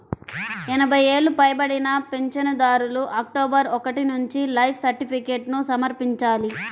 ఎనభై ఏళ్లు పైబడిన పింఛనుదారులు అక్టోబరు ఒకటి నుంచి లైఫ్ సర్టిఫికేట్ను సమర్పించాలి